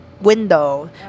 window